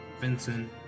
Vincent